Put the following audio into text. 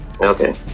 Okay